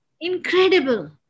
incredible